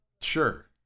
Sure